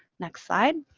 next slide.